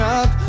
up